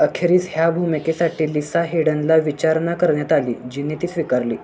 अखेरीस ह्या भूमिके साठी लिसा हेडनला विचारणा करण्यात आली जिने ती स्वीकारली